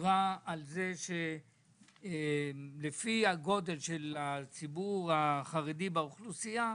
ודיברה על כך שלפי הגודל של הציבור החרדי באוכלוסייה,